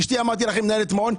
אשתי, אמרתי לכם, מנהלת מעון.